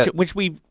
which we,